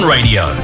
Radio